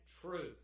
truth